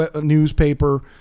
newspaper